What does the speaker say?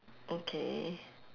okay